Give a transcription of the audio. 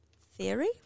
theory